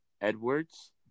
Edwards